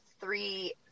three